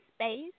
space